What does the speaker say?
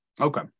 okay